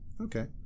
okay